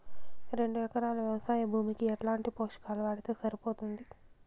రెండు ఎకరాలు వ్వవసాయ భూమికి ఎట్లాంటి పోషకాలు వాడితే సరిపోతుంది?